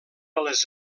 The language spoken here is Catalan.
les